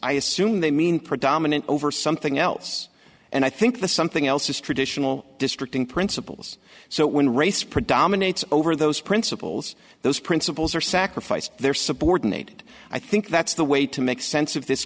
i assume they mean predominant over something else and i think the something else is traditional district in principles so when race predominates over those principles those principles are sacrificed their subordinate i think that's the way to make sense of this